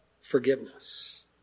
forgiveness